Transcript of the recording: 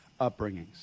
upbringings